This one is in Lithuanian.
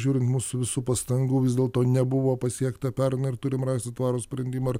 žiūrint mūsų visų pastangų vis dėlto nebuvo pasiekta pernai ir turim rasti tvarų sprendimą ir